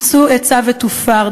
'עֻצו עצה ותֻפר,